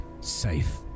safe